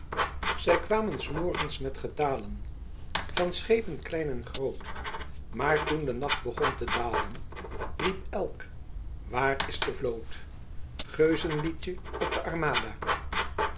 sy quamen s morgens met getaelen van schepen klein en groot maar toen de nacht begon te daelen riep elck waer is de vloot geusen liedtjen op de armada